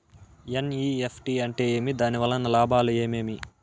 NEFT అంటే ఏమి? దాని వలన లాభాలు ఏమేమి